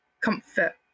comfort